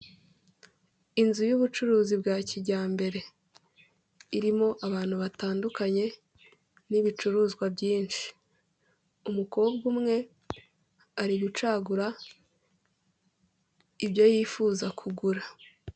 Inzu y'ubucuruzi bwa kijyambere, irimo abantu batandukanye n'ibicuruzwa byinshi, umukobwa umwe ari gucagura ibyo yifuza kugura.